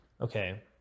okay